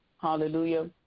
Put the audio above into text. Hallelujah